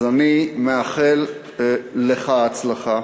אז אני מאחל לך הצלחה.